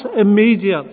immediate